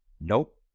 nope